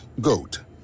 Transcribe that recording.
GOAT